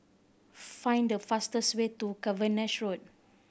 find the fastest way to Cavenagh Road